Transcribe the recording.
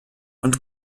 und